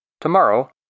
Tomorrow